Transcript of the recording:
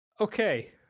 Okay